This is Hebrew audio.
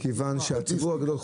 מכיוון שהציבור הגדול,